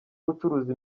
gucuruza